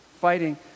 fighting